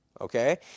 okay